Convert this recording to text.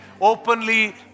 openly